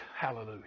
Hallelujah